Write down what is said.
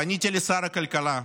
פניתי לשר הכלכלה,